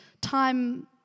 time